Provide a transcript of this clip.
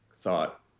thought